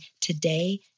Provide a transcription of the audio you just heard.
today